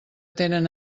tenen